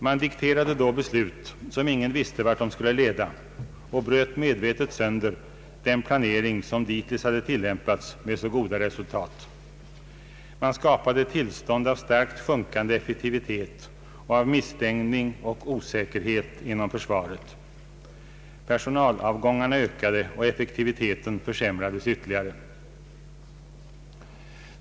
Man dikterade då beslut om vilka ingen visste vart de skulle leda och bröt medvetet sönder den planering som dittills hade tillämpats med så goda resultat. Man skapade ett tillstånd av starkt sjunkande effektivitet och av misstämning och osäkerhet inom försvaret. Personalavgångarna ökade och effektiviteten försämrades ytterligare.